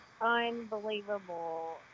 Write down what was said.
unbelievable